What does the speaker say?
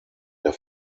der